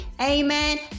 Amen